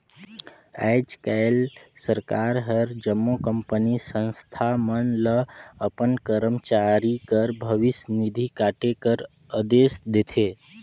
आएज काएल सरकार हर जम्मो कंपनी, संस्था मन ल अपन करमचारी कर भविस निधि काटे कर अदेस देथे